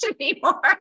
anymore